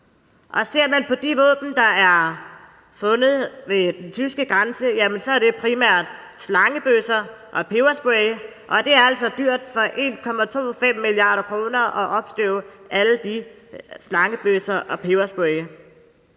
Ser man på de våben, der er fundet ved den tyske grænse, er det primært slangebøsser og pebersprays, og det er altså dyrt, når det koster 1,25 mia. kr. at opstøve slangebøsser og pebersprays.